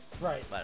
Right